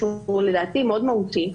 שהוא הוא לדעתי מאוד מהותי,